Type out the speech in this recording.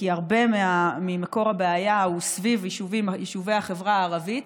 כי הרבה ממקור הבעיה הוא סביב יישובי החברה הערבית,